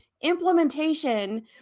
implementation